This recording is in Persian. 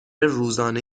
روزانه